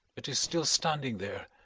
it is still standing there,